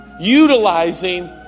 utilizing